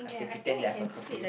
to pretend that I have a curfew